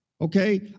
Okay